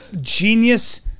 genius